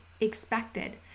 expected